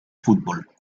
fútbol